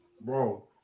Bro